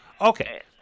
Okay